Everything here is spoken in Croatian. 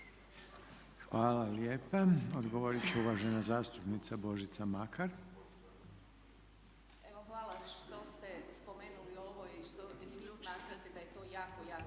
Hvala lijepa. Odgovoriti će uvažena zastupnica Božica Makar.